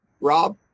Rob